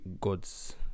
God's